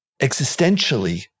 existentially